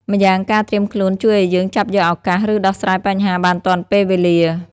ម្យ៉ាងការត្រៀមខ្លួនជួយឱ្យយើងចាប់យកឱកាស ឬដោះស្រាយបញ្ហាបានទាន់ពេលវេលា។